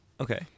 Okay